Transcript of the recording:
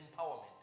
empowerment